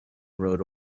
rode